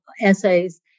essays